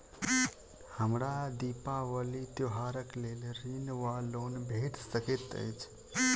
हमरा दिपावली त्योहारक लेल ऋण वा लोन भेट सकैत अछि?